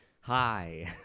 hi